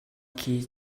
khi